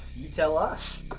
you tell us!